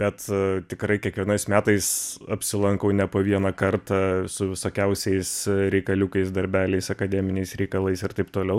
bet tikrai kiekvienais metais apsilankau ne po vieną kartą su visokiausiais reikaliukais darbeliais akademiniais reikalais ir taip toliau